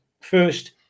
first